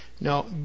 Now